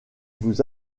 vous